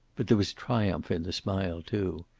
but there was triumph in the smile, too.